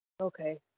Okay